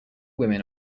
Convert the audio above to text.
women